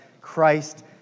Christ